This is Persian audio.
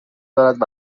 دارد